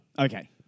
Okay